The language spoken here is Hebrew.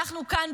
אנחנו כאן,